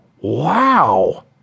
Wow